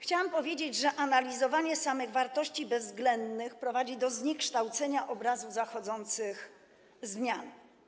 Chciałam powiedzieć, że analizowanie samych wartości bezwzględnych prowadzi do zniekształcenia obrazu zachodzących zmian.